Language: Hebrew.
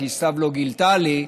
סתיו לא גילתה לי,